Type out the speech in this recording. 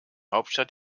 hauptstadt